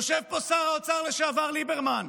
יושב פה שר האוצר לשעבר ליברמן,